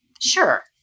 Sure